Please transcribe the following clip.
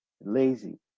lazy